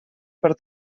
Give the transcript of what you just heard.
per